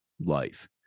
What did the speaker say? life